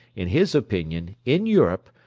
in his opinion, in europe,